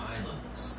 Islands